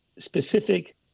specific